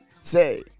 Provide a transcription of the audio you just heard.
Say